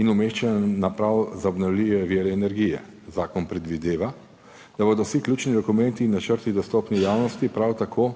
in umeščanja naprav za obnovljive vire energije. Zakon predvideva, da bodo vsi ključni dokumenti in načrti dostopni javnosti, prav tako